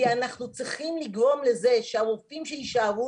כי אנחנו צריכים לגרום לזה שהרופאים שיישארו